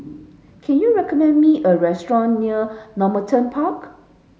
can you recommend me a restaurant near Normanton Park